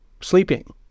sleeping